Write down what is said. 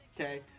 Okay